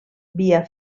via